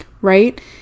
right